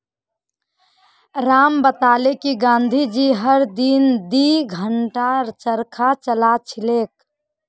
राम बताले कि गांधी जी हर दिन दी घंटा चरखा चला छिल की